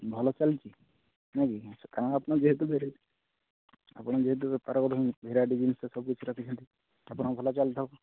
ଭଲ ଚାଲିଛି ନାଇଁ କି ହଁ କାରଣ ଆପଣ ଯେହେତୁ ଭେରାଇଟି ଆପଣ ଯେହେତୁ ବେପାର କରୁଛନ୍ତି ଭେରାଇଟି ଜିନିଷ ସବୁ କିଛି ରଖିଛନ୍ତି ଆପଣଙ୍କର ଭଲ ଚାଲିଥିବ